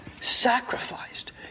sacrificed